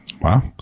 Wow